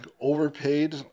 overpaid